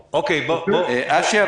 תתייחס,